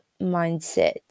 mindset